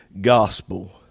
gospel